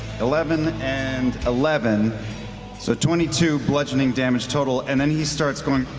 eleven and eleven, so twenty two bludgeoning damage total and then he starts going